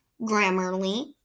Grammarly